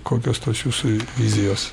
kokios tos jūsų vizijos